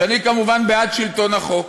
ואני כמובן בעד שלטון החוק,